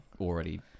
already